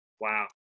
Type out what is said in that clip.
wow